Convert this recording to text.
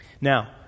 Now